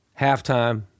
halftime